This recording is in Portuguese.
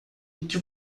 que